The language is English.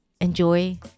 enjoy